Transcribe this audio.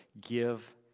Give